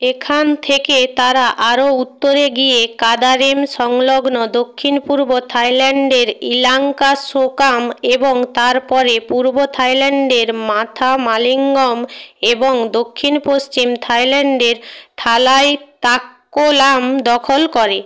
এখান থেকে তারা আরও উত্তরে গিয়ে কাদারেম সংলগ্ন দক্ষিণ পূর্ব থাইল্যাণ্ডের ইলাঙ্কাসোকাম এবং তার পরে পূর্ব থাইল্যাণ্ডের মাথামালিঙ্গম এবং দক্ষিণ পশ্চিম থাইল্যাণ্ডের থালাইতাক্কোলাম দখল করে